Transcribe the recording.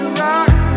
rock